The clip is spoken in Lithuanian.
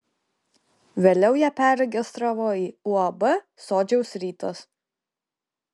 vėliau ją perregistravo į uab sodžiaus rytas